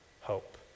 hope